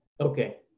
Okay